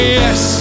yes